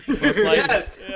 Yes